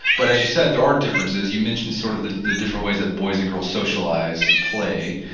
but as you said there are differences you mentioned sort of the the different ways that boys and girls socialize and play.